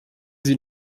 sie